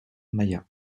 maillat